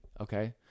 okay